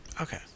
Okay